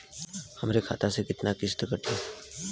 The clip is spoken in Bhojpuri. हमरे खाता से कितना किस्त कटी?